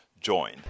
join